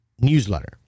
newsletter